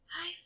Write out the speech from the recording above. Hi